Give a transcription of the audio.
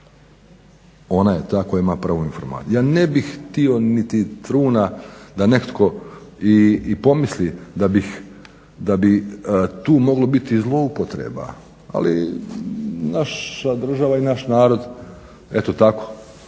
ona je ta koja ima prvu informaciju. Ja ne bih htio niti truna da netko i pomisli da bi tu moglo biti zloupotreba, ali država i naš narod eto tako